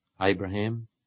Abraham